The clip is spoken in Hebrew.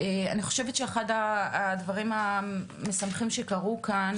אני חושבת שאחד הדברים המשמחים שקרו כאן,